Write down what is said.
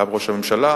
גם ראש הממשלה,